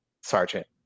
sergeant